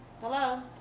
Hello